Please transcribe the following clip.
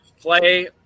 Play